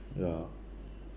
ya